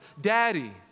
Daddy